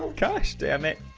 gosh damn it.